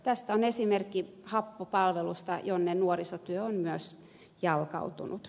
tästä on esimerkki habbo palvelussa jonne nuorisotyö on myös jalkautunut